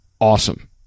Awesome